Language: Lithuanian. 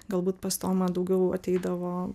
galbūt pas tomą daugiau ateidavo